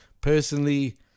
personally